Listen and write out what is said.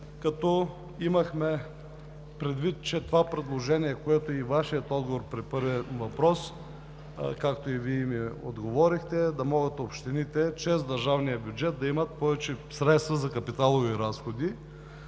като имахме предвид, че това предложение, което е и Вашият отговор при първия въпрос, както и Вие ми отговорихте, е да могат общините чрез държавния бюджет да имат повече средства за капиталови разходи,